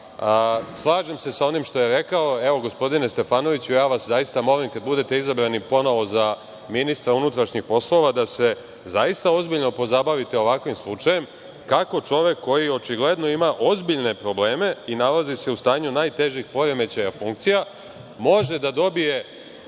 prava. Slažem se sa onim što je rekao. Evo, gospodine Stefanoviću, zaista vas molim kada budete izabrani ponovo za ministra unutrašnjih poslova, da se, zaista ozbiljno, pozabavite ovakvim slučajem, kako čovek, koji očigledno ima ozbiljne probleme i nalazi se u stanju najtežih poremećaja funkcija, može da dobije